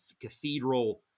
cathedral